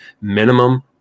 minimum